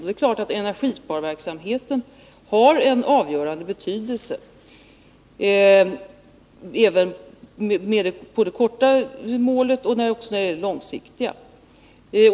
Det är klart att energisparverksamheten har en avgörande betydelse när det gäller både det kortsiktiga och det långsiktiga målet.